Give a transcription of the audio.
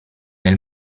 del